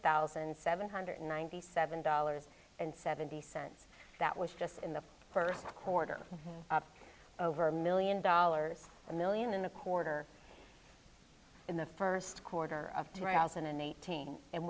thousand seven hundred ninety seven dollars and seventy cents that was just in the first quarter over a million dollars a million in the quarter in the first quarter of two thousand and eighteen and